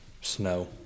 snow